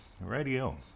radio